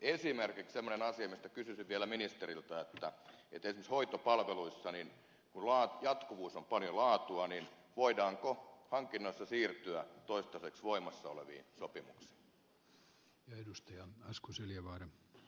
semmoinen asia mistä kysyisin vielä ministeriltä on että voidaanko esimerkiksi hoitopalveluissa kun laatua on paljolti jatkuvuus hankinnoissa siirtyä toistaiseksi voimassa oleviin sopimuksiin